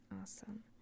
awesome